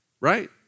right